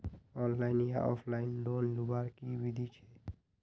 Online या offline loan लुबार विधि की छे?